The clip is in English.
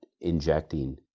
injecting